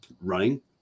running